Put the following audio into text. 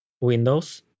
Windows